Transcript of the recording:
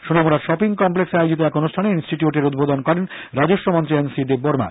Sonamura shopping কমপ্লেক্সে আয়োজিত এক অনুষ্ঠানে ইনস্টিটিউটের উদ্বোধন করেন রাজস্বমন্ত্রী এন সি দেববর্মা